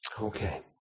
Okay